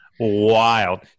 wild